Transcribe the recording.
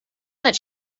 that